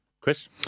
Chris